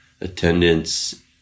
attendance